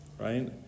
right